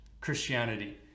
christianity